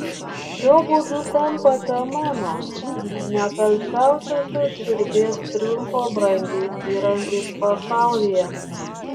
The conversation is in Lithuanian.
šiuo būdu tampate mano nekalčiausiosios širdies triumfo brangiais įrankiais pasaulyje